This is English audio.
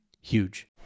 huge